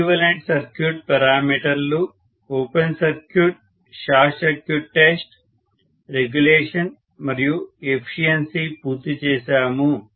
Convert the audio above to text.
equivalent circuit పెరామీటర్లు open circuit short circuit test regulation మరియు efficiency పూర్తి చేశాము